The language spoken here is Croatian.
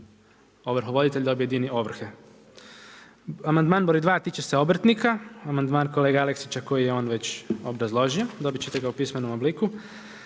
ovrhovoditelj da objedini ovrhe. Amandman br. 2 tiče se obrtnika, amandman kolege Aleksića, koji je on već obrazložio, dobiti ćete ga u pismenom obliku.